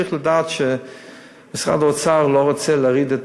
צריך לדעת שמשרד האוצר לא רוצה להוריד את